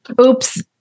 Oops